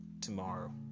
tomorrow